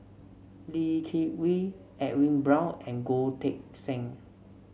Lee Kip Lee Edwin Brown and Goh Teck Sian